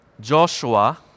Joshua